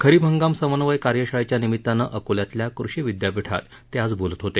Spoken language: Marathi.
खरीप हंगाम समन्वय कार्यशाळेच्या निमित्तानं अकोल्यातल्या कृषी विद्यापीठात ते आज बोलत होते